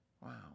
Wow